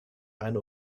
eine